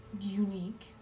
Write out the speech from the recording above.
unique